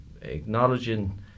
acknowledging